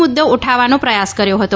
મુદ્દો ઉઠાવવાનો પ્રયાસ કર્યો હતો